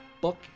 book